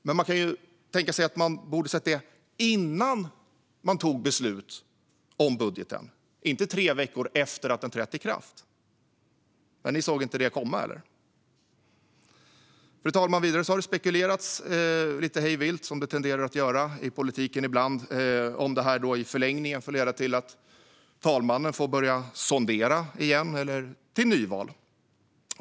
Men man kan tänka sig att man borde sett detta innan beslut togs om budgeten, inte tre veckor efter att den trätt i kraft. Såg ni inte detta komma? Fru talman! Vidare har det lite hej vilt spekulerats, som det ibland tenderar att göra inom politiken, om detta i förlängningen kan leda till att talmannen får börja sondera igen eller till nyval.